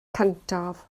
cyntaf